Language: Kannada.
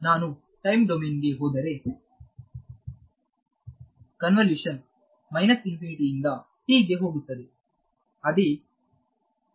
ನಾನು ಟೈಮ್ ಡೊಮೇನ್ ಗೆ ಹೋದರೆ ಕನ್ವಲ್ಯೂಷನ್ ಇಂದ ಹೋಗುತ್ತದೆ